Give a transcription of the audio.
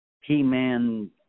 he-man